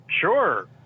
Sure